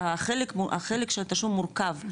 והחלק שהתשלום מורכב,